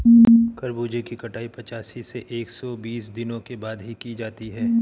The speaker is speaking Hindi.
खरबूजे की कटाई पिचासी से एक सो बीस दिनों के बाद की जाती है